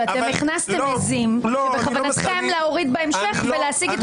מפרכים, להתאמן בירי ביום ובלילה ולהביא את